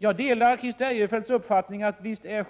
Jag delar Christer Eirefelts uppfattning att